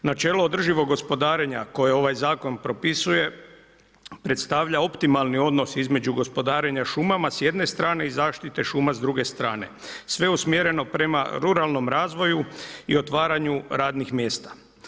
Načelo održivog gospodarenja, koje ovaj zakon propisuje, predstavlja optimalni odnos između gospodarenja šumama s jedne strane i zaštite šuma s druge strane, sve usmjereno prema ruralnom razvoju i otvaranju radnih mjesta.